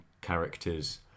characters